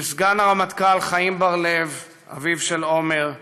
עם סגן הרמטכ"ל חיים בר-לב, אביו של עמר,